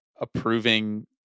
approving